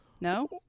No